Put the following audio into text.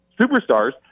superstars